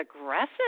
aggressive